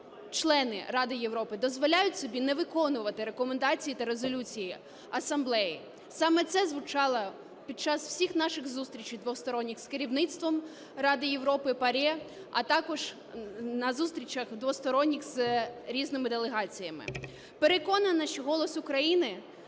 Ради Європи дозволяють собі не виконувати рекомендації та резолюції асамблеї. Саме це звучало під час всіх наших зустрічей двосторонніх з керівництвом Ради Європи, ПАРЄ, а також на зустрічах двосторонніх з різними делегаціями. Переконана, що голос України